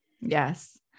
Yes